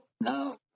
no